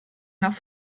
nach